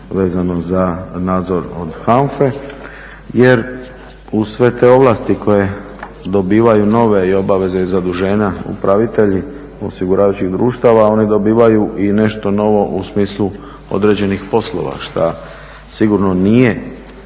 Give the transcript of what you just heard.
i vezano za nadzor od HANFA-e. Jer uz sve te ovlasti koje dobivaju nove i obaveze i zaduženja upravitelji osiguravajućih društava oni dobivaju i nešto novo u smislu određenih poslova šta sigurno nije